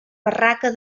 barraca